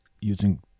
using